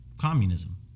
communism